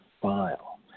file